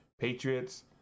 Patriots